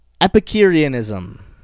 Epicureanism